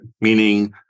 Meaning